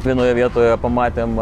vienoje vietoje pamatėm